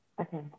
Okay